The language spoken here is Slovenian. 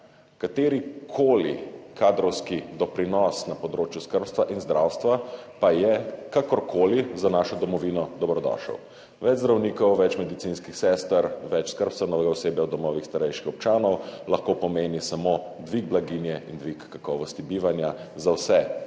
Katerikoli kadrovski doprinos na področju skrbstva in zdravstva pa je kakorkoli za našo domovino dobrodošel. Več zdravnikov, več medicinskih sester, več skrb za novega osebja v domovih starejših občanov lahko pomeni samo dvig blaginje in dvig kakovosti bivanja za vse